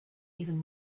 even